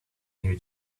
new